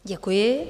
Děkuji.